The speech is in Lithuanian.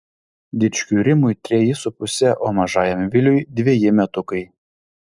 dičkiui rimui treji su puse o mažajam viliui dveji metukai